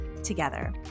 together